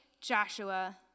Joshua